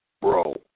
bro